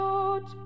Lord